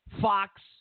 Fox